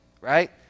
right